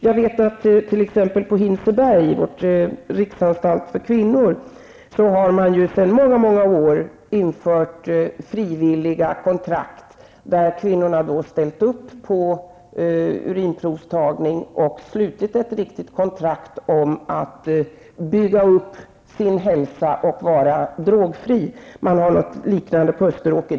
Jag vet att man t.ex. på Hinseberg, riksanstalten för kvinnor, sedan många år har infört frivilliga kontrakt, där kvinnorna har ställt upp på urinprovstagning och slutit ett riktigt kontrakt om att bygga upp sin hälsa och vara drogfri. På Österåker finns något liknande.